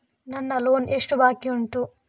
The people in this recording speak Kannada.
ನನ್ನ ಲೋನ್ ಎಷ್ಟು ಬಾಕಿ ಉಂಟು?